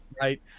right